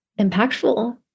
impactful